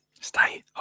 Stay